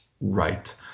Right